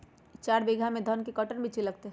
चार बीघा में धन के कर्टन बिच्ची लगतै?